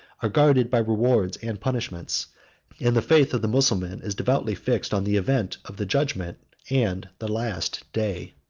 are guarded by rewards and punishments and the faith of the mussulman is devoutly fixed on the event of the judgment and the last day.